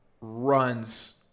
runs